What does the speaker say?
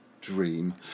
dream